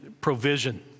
provision